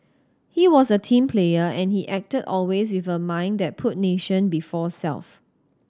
he was a team player and he acted always with a mind that put nation before self